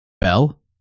Bell